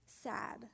sad